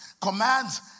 commands